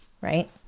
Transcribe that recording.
Right